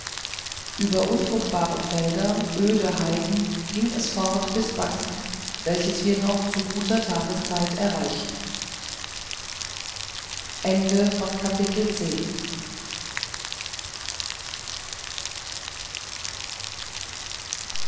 über unfruchtbare felsen öde heiden ging es fort bis buxton welches wir noch zu guter tageszeit erreicht